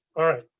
alright,